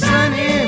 Sunny